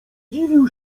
dziwił